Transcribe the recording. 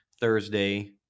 thursday